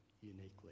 uniquely